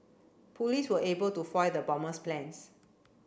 police were able to foil the bomber's plans